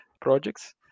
projects